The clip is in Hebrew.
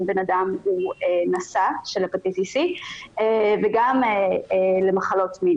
בן אדם הוא נשא של הפטיטיס סי וגם למחלות מין.